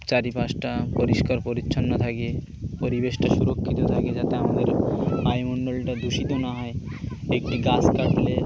চারিপাশটা পরিষ্কার পরিচ্ছন্ন থাকে পরিবেশটা সুরক্ষিত থাকে যাতে আমাদের মণ্ডলটা দূষিত না হয় একটি গাছ কাটলে